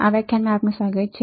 આ વ્યાખ્યાનમાં આપનું સ્વાગત છે